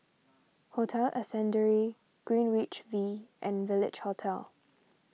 Hotel Ascendere Greenwich V and Village Hotel